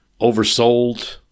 oversold